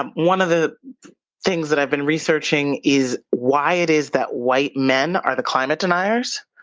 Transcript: um one of the things that i've been researching is, why it is that white men are the climate deniers?